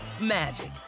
magic